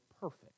perfect